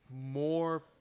More